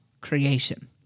creation